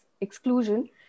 exclusion